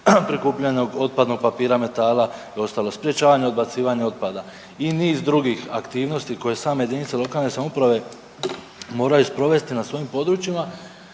prikupljenog otpadnog papira, metala i ostalo, sprječavanje odbacivanja otpada i niz drugih aktivnosti koje same jedinice lokalne samouprave moraju sprovesti na svojim područjima,